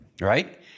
Right